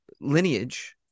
lineage